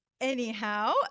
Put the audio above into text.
anyhow